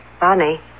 Bonnie